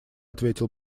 ответил